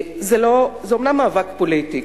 זה אומנם מאבק פוליטי.